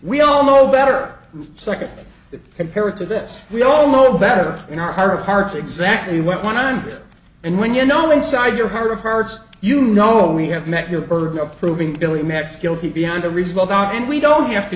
we all know better second that compared to this we all know better in our heart of hearts exactly what went on and when you know inside your heart of hearts you know we have met your burden of proving billy maps guilty beyond a reasonable doubt and we don't have to